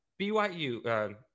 BYU